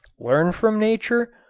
learn from nature?